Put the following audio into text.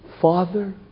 Father